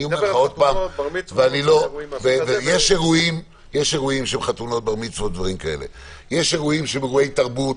ויש אירועים שהם אירועי תרבות